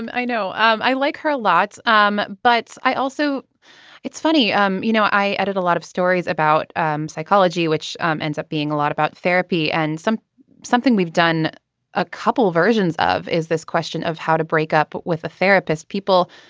and i know i like her a lot um but i also it's funny um you know i edited a lot of stories about um psychology which um ends up being a lot about therapy and some something we've done a couple versions of. is this question of how to break up with a therapist people.